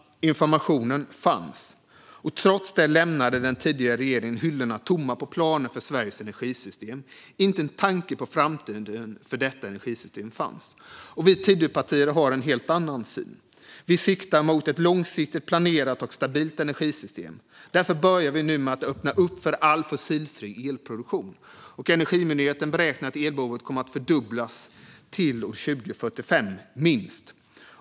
Informationen fanns. Trots det lämnade den tidigare regeringen hyllorna tomma på planer för Sveriges energisystem. Inte en tanke på framtiden för detta energisystem fanns. Vi Tidöpartier har en helt annan syn. Vi siktar mot ett långsiktigt planerat och stabilt energisystem. Därför börjar vi nu med att öppna upp för all fossilfri elproduktion. Energimyndigheten beräknar att elbehovet kommer att fördubblas till år 2045 - minst.